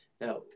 Now